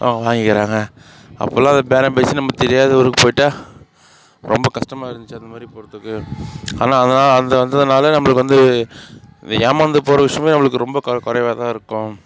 அவங்க வாங்கிக்கறாங்க அப்போலாம் பேரம் பேசி நமக்கு தெரியாத ஊருக்கு போயிட்டால் ரொம்ப கஷ்டமாக இருந்துச்சு அது மாதிரி போகிறத்துக்கு ஆனால் அதனால் நம்மளுக்கு வந்து ஏமார்ந்து போகிற விஷயமே நம்மளுக்கு ரொம்ப கொ குறைவா தான் இருக்கும்